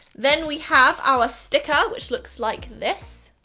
then we have our sticker which looks like this,